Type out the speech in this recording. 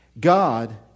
God